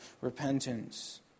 repentance